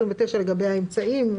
לגבי האמצעים,